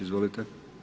Izvolite.